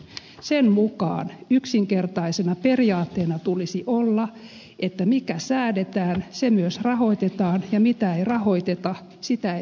sen mukaan yksinkertaisena periaatteena tulisi olla että mikä säädetään se myös rahoitetaan ja mitä ei rahoiteta sitä ei myöskään säädetä